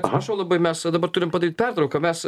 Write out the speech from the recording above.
atsiprašau labai mes dabar turim padaryt pertrauką mes